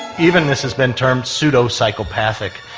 even this has been termed pseudo-psychopathic,